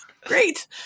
Great